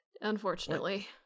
unfortunately